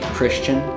Christian